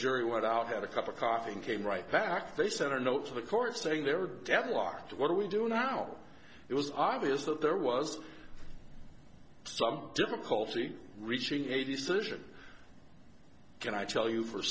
jury what out had a cup of coffee and came right back they sent a note to the court saying they were deadlocked what do we do now it was obvious that there was some difficulty reaching a decision can i tell you for